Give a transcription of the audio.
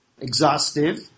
exhaustive